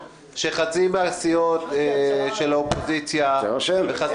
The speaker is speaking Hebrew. למען ההגינות לא אכפת לי שחצי מהסיעות של האופוזיציה וחצי